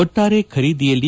ಒಟ್ಟಾರೆ ಖರೀದಿಯಲ್ಲಿ